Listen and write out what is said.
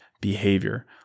behavior